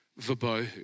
Vabohu